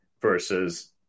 versus